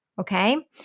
okay